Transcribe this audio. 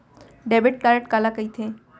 Debit card काला कहिथे?